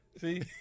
See